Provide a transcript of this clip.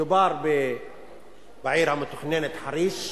מדובר בעיר המתוכננת חריש,